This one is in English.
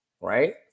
right